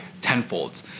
tenfold